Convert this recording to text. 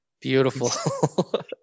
Beautiful